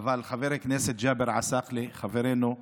חבר הכנסת ג'אבר עסאקלה, חברנו,